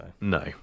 No